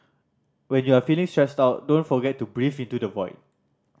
when you are feeling stressed out don't forget to breathe into the void